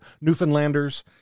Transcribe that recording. Newfoundlanders